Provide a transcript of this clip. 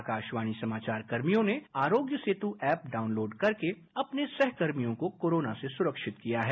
आकाशवाणी समाचार कर्मियों ने आरोग्य सेतु ऐप डाउनलोड करके अपने सहकर्मियों को कोराना से सुरक्षित किया है